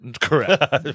Correct